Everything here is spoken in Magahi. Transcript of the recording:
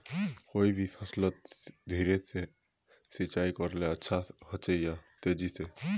कोई भी फसलोत धीरे सिंचाई करले अच्छा होचे या तेजी से?